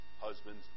husbands